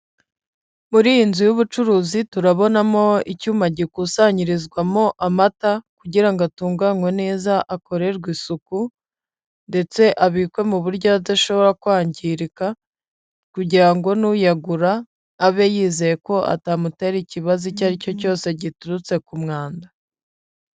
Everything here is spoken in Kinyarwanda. Muri iyi nzu y'ubucuruzi, turabonamo icyuma gikusanyirizwamo amata kugira ngo atunganywe neza akorerwe isuku ndetse abikwe mu buryo adashobora kwangirika kugira ngo n'uyagura abe yizeye ko atamutera ikibazo icyo ari cyo cyose giturutse ku mwanda.